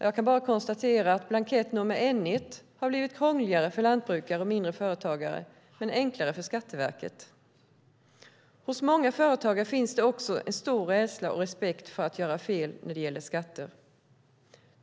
Jag kan bara konstatera att blanketten N 1 har blivit krångligare för lantbrukare och mindre företagare men enklare för Skatteverket. Hos många företagare finns en stor respekt och rädsla för att göra fel när det gäller skatter.